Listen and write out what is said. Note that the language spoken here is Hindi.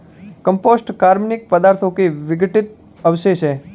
कम्पोस्ट कार्बनिक पदार्थों के विघटित अवशेष हैं